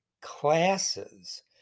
classes